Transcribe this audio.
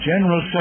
General